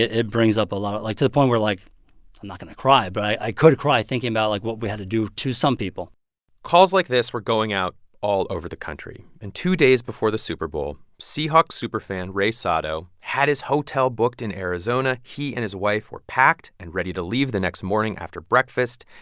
it brings up a lot like to the point where like i'm not going to cry, but i could cry thinking about like what we had to do to some people calls like this were going out all over the country. and two days before the super bowl, seahawks super fan ray sato had his hotel booked in arizona. he and his wife were packed and ready to leave the next morning after breakfast.